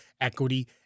equity